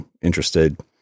interested